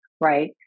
right